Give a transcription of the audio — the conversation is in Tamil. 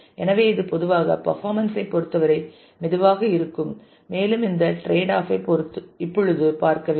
எனவே இது பொதுவாக பர்பாமன்ஸ் ஐ பொறுத்தவரை மெதுவாக இருக்கும் மேலும் இந்த டிரேட்ஆப் ஐ இப்பொழுது பார்க்க வேண்டும்